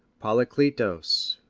polykleitos,